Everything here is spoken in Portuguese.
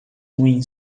ruim